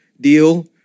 deal